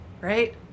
right